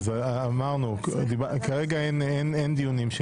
כרגע אין דיונים.